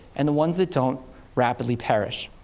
and the ones that don't rapidly perish.